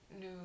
New